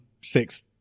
six